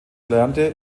erlernte